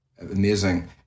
amazing